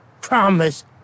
promise